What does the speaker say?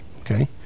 okay